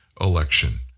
election